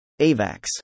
AVAX